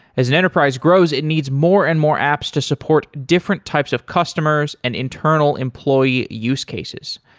as an enterprise grows, it needs more and more apps to support different types of customers and internal employee use cases.